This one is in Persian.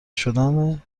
شدن